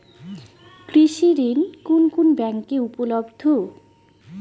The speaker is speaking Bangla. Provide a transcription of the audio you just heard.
কৃষি ঋণ কোন কোন ব্যাংকে উপলব্ধ?